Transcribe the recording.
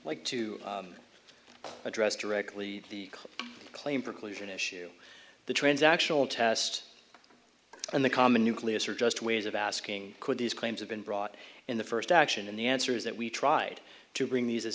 like to address directly the claim preclusion issue the transactional test and the common nucleus are just ways of asking could these claims have been brought in the first action and the answer is that we tried to bring these